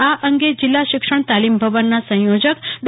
આ અંગે જીલ્લા શિક્ષણ તાલીમ ભવનના સંચોજક ડો